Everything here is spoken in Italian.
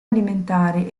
alimentare